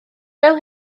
fel